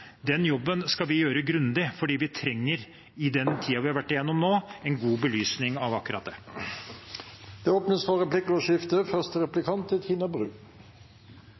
jobben skal vi gjøre grundig, fordi vi trenger, med tanke på den tiden vi har vært igjennom, en god belysning av dette. Det blir replikkordskifte.